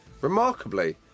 Remarkably